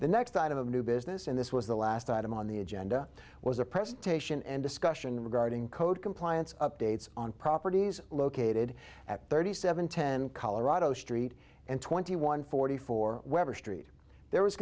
the next item of new business and this was the last item on the agenda was a presentation and discussion regarding code compliance updates on properties located at thirty seven ten colorado street and twenty one forty four weber st there was